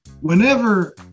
whenever